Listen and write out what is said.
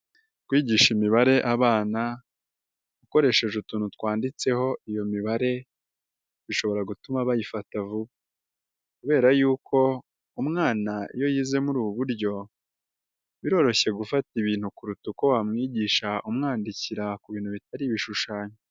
Kwigisha imibare abana ukoresheje utuntu twanditseho iyo mibare, bishobora gutuma bayifata vuba kubera yuko umwana iyo yize muri ubu buryo biroroshye gufata ibintu kuruta uko wamwigisha umwandikira ku bintu bitari ibishushanyo.